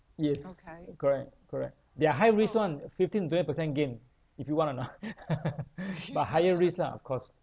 yes correct correct there are high risk [one] fifteen to twenty percent gain if you want to know but higher risk lah of course